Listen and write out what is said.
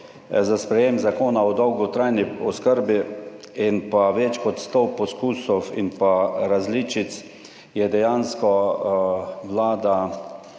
za sprejem Zakona o dolgotrajni oskrbi in pa več kot sto poskusov in pa različic je dejansko vlada